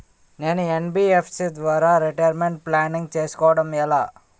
నేను యన్.బి.ఎఫ్.సి ద్వారా retirement planning చేసుకోవడం ఎలా?